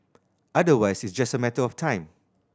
otherwise it's just a matter of time